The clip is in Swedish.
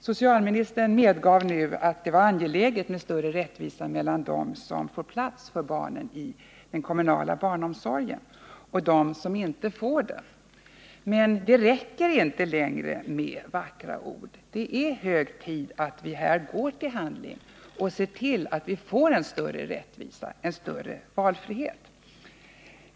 Socialministern medgav att det var angeläget med större rättvisa mellan dem som får plats för barnen i den kommunala barnomsorgen och dem som inte får det. Men det räcker inte längre med vackra ord. Det är hög tid att vi går till handling och ser till att vi får en större rättvisa och en större valfrihet.